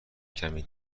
کمی